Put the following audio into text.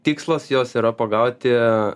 tikslas jos yra pagauti